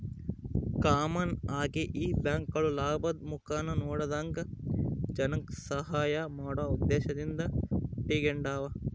common ಆಗಿ ಈ ಬ್ಯಾಂಕ್ಗುಳು ಲಾಭುದ್ ಮುಖಾನ ನೋಡದಂಗ ಜನಕ್ಕ ಸಹಾಐ ಮಾಡೋ ಉದ್ದೇಶದಿಂದ ಹುಟಿಗೆಂಡಾವ